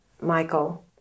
Michael